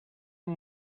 amb